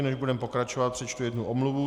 Než budeme pokračovat, přečtu jednu omluvu.